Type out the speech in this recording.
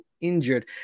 injured